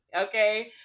Okay